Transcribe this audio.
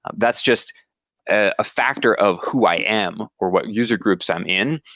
that's just a factor of who i am or what user groups i'm in,